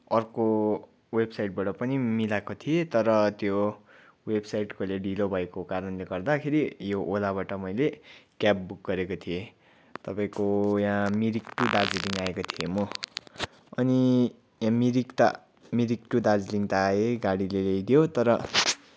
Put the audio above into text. अर्को वेबसाइटबाट पनि मिलाएको थिएँ तर त्यो वेबसाइटकोले ढिलो भएको कारणले गर्दाखेरि यो ओलाबट मैले क्याब बुक गरेको थिएँ तपाईँको यहाँ मिरिक टू दार्जिलिङ म अनि मिरिक त मिरिक टू दार्जिलिङ त आएँ गाडीले ल्याइदियो तर